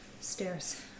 Stairs